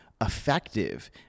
effective